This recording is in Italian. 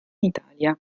italia